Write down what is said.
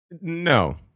No